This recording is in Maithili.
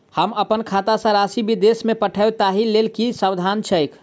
हम अप्पन खाता सँ राशि विदेश मे पठवै ताहि लेल की साधन छैक?